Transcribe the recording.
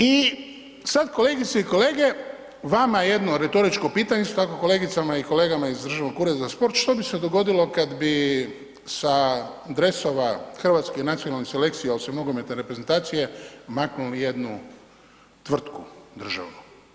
I sad kolegice i kolege, vama jedno retoričko pitanje isto tako i kolegicama i kolegama iz Državnog ureda za sport, što bi se dogodilo kad bi sa dresova hrvatske nacionalne selekcije, osim nogometne reprezentacije maknuli jednu tvrtku državnu.